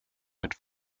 mit